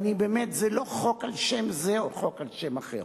באמת, זה לא חוק על שם זה או חוק על שם אחר.